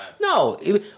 No